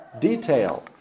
detail